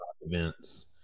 events